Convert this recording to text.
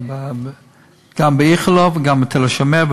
גם בתל-השומר,